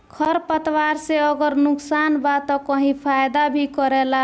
खर पतवार से अगर नुकसान बा त कही फायदा भी करेला